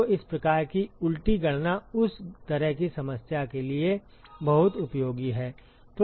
तो इस प्रकार की उलटी गणना उस तरह की समस्या के लिए बहुत उपयोगी है